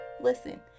Listen